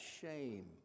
shame